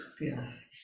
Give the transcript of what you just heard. Yes